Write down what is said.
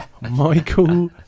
Michael